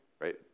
Right